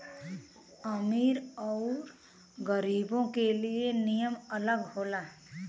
अमीर अउर गरीबो के लिए नियम अलग होला